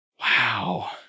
Wow